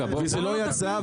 זה לא יצא,